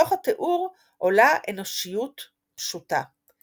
ומתוך התיאור עולה אנושיות פשוטה.